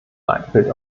leitbild